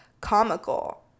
comical